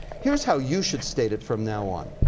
here's how you should state it from now on.